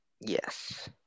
Yes